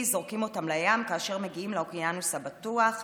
וזורקים אותם לים כאשר מגיעים לאוקיינוס הבטוח,